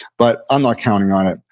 but i'm not counting on it.